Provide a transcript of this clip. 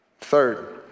Third